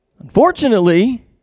Unfortunately